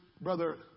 Brother